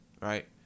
right